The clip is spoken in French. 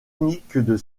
militaire